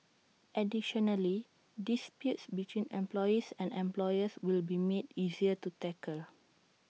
additionally disputes between employees and employers will be made easier to tackle